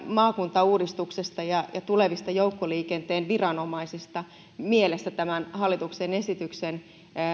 maakuntauudistuksesta ja ja tulevista joukkoliikenteen viranomaisista mielessä tämän hallituksen esityksen